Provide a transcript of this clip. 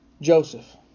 Joseph